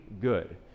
good